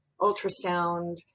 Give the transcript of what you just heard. ultrasound